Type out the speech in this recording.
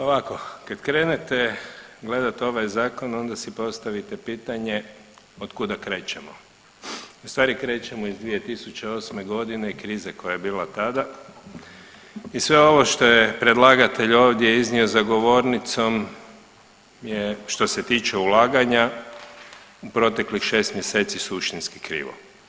Ovako, kad krenete gledat ovaj zakon onda si postavite pitanje otkuda krećemo, ustvari krećemo iz 2008.g., krize koja je bila tada i sve ovo što je predlagatelj ovdje iznio za govornicom je što se tiče ulaganja u proteklih 6 mjeseci suštinski krivo.